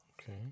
okay